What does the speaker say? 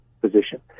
position